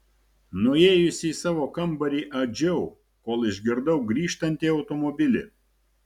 nuėjusi į savo kambarį adžiau kol išgirdau grįžtantį automobilį